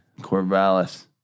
Corvallis